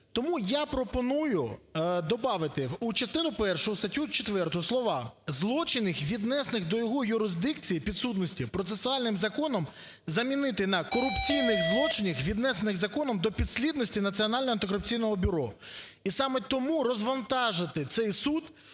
Тому я пропоную добавити у частину першу в статтю 4 слова "злочинів, віднесених до його юрисдикції (підсудності) процесуальним законом" замінити на "корупційних злочинів, віднесених законом до підслідності Національного антикорупційного бюро". І саме тому розвантажити цей суд,